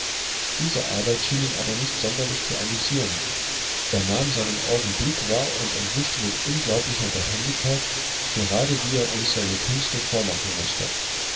diese arbeit schien ihn aber nicht sonderlich zu amüsieren er nahm seinen augenblick wahr und entwischte mit unglaublicher behendigkeit gerade wie er uns seine künste vormachen mußte